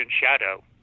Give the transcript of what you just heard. shadow